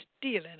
stealing